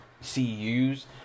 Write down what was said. CUs